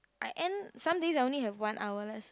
I end some days I only have one hour less